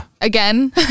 again